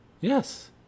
Yes